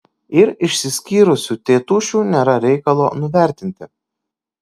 ir išsiskyrusių tėtušių nėra reikalo nuvertinti